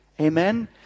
Amen